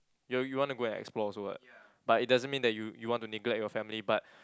ya you want to go and explore also [what] but it don't mean that you you want to neglect your family but